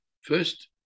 first